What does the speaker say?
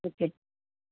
okay